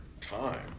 time